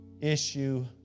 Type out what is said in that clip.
issue